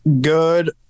good